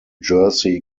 jersey